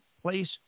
place